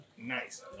Nice